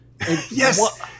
Yes